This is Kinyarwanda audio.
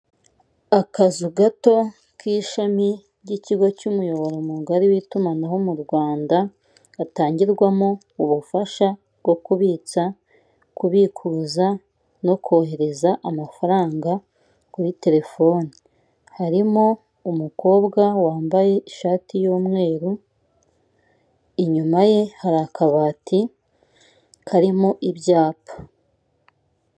Akazu gato k'Ishami ry'Ikigo cy'Umuyoboro mugari w'Itumanaho mu Rwanda, gatangirwamo ubufasha bwo kubitsa, kubikuza no kohereza amafaranga kuri telefoni, harimo umukobwa wambaye ishati y'umweru, inyuma ye hari akabati karimo ibyapa.